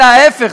אלא ההפך,